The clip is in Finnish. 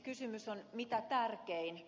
kysymys on mitä tärkein